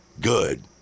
good